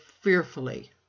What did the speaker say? fearfully